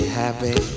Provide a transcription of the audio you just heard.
happy